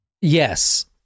Yes